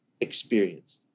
experienced